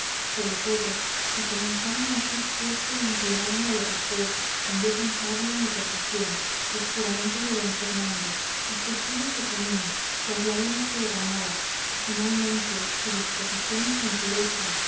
sobre todo me comenzaron a hacer fuerza y a inclinarme a lo que fue sin yo pensarlo mi perdición los juramentos de don fernando los testigos que ponía las lágrimas que derramaba y finalmente su dispusición y gentileza